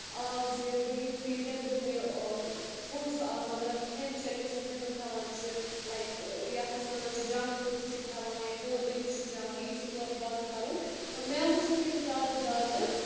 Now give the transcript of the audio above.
آب چٮ۪یِو بیٚیہِ یُس تُہۍ یہِ نؠبرِم یہِ فُڈ چھُ آسان مطلب کھؠن چؠن یُس أسۍ نیٚبرٕ کھیٚوان چھِ لایِک یَتھ أسۍ وَنان چھِ جنٛگ فُڈ چھِ کھیٚوان یا کولڈ درٛنٛک چھِ چیٚوان یہِ چھُ سورُے بَنٛد کَرُن میوٕ چھِ کھؠنۍ زیادٕ زیادٕ